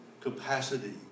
capacity